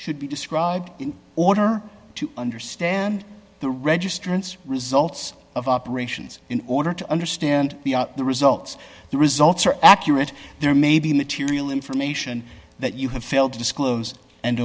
should be described in order to understand the registrants results of operations in order to understand the results the results are accurate there may be material information that you have failed to disclose and